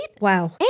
Wow